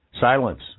Silence